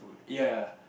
ya ya